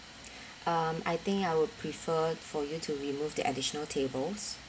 um I think I would prefer for you to remove the additional tables